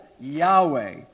Yahweh